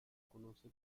conoce